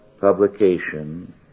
publication